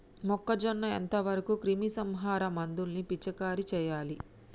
మొక్కజొన్న ఎంత వరకు క్రిమిసంహారక మందులు పిచికారీ చేయాలి?